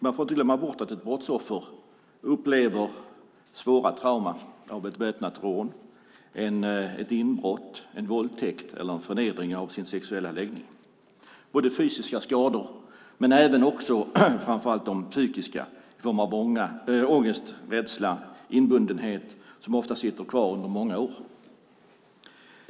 Man får inte glömma bort att ett brottsoffer upplever svåra trauman av ett väpnat rån, ett inbrott, en våldtäkt eller en förnedring på grund av sexuell läggning. Det handlar om fysiska skador men framför allt om psykiska skador i form av ångest, rädsla och inbundenhet som ofta sitter kvar i många år.